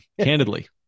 candidly